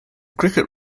cricket